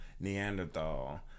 neanderthal